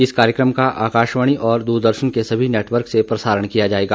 इस कार्यक्रम का आकाशवाणी और दूरदर्शन के सभी नेटवर्क से प्रसारण किया जाएगा